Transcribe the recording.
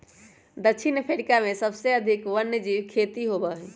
दक्षिण अफ्रीका में सबसे अधिक वन्यजीव खेती होबा हई